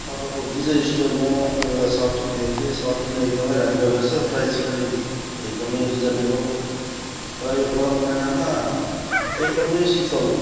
तपाईँको विजय स्टोरमा एउटा सर्ट किनेको थिएँ सर्ट पनि एकदमै राम्रो रहेछ प्राइस पनि एकदमै रिजनेबल र यो गरम महिनामा एकदमै शीतल